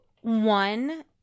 one